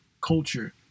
culture